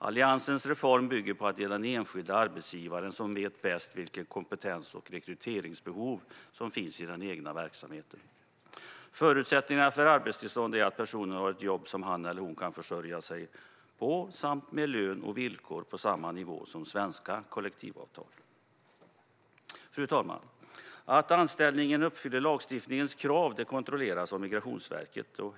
Alliansens reform bygger på att det är den enskilde arbetsgivaren som vet bäst vilka kompetens och rekryteringsbehov som finns i den egna verksamheten. Förutsättningen för arbetstillstånd är att personen har ett jobb som han eller hon kan försörja sig på med lön och villkor på samma nivå som svenska kollektivavtal. Fru talman! Att anställningen uppfyller lagstiftningens krav kontrolleras av Migrationsverket.